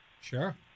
Sure